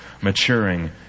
maturing